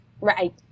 Right